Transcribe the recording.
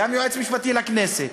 גם היועץ המשפטי לכנסת,